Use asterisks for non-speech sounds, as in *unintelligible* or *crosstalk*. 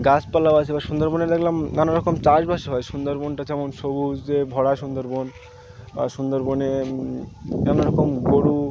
গাছপালা *unintelligible* বা সুন্দরবনে দেখলাম নানা রকম চাষবাসও হয় সুন্দরবনটা যেমন সবুজ যে ভরা সুন্দরবন সুন্দরবনে নানা রকম গরু